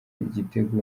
igitego